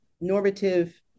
normative